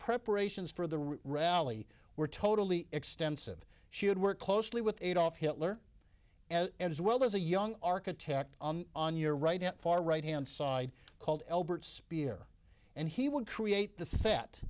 preparations for the rally were totally extensive she had worked closely with adolf hitler as well as a young architect on your right not far right hand side called albert speer and he would create the set